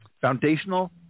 foundational